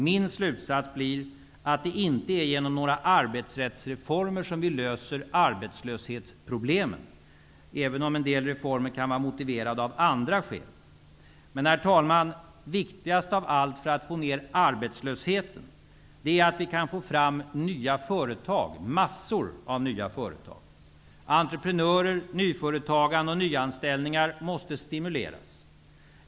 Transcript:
Min slutsats blir att det inte är genom några arbetsrättsreformer som vi löser arbetslöshetsproblemen -- även om en del sådana kan vara motiverade av andra skäl. Men, herr talman, viktigast av allt för att få ner arbetslösheten är att vi kan få fram nya företag, massor av nya företag. Entreprenörer, nyföretagande och nyanställningar måste stimuleras.